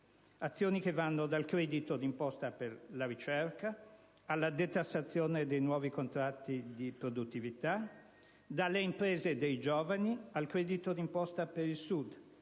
azioni che vanno dal credito d'imposta per la ricerca alla detassazione dei nuovi contratti di produttività, dalle imprese dei giovani al credito d'imposta per il Sud,